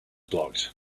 blocked